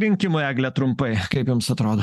rinkimai egle trumpai kaip jums atrodo